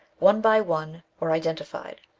one by one, were identified.